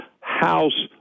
House